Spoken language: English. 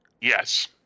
Yes